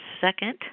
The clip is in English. second